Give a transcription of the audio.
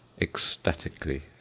ecstatically